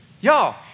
Y'all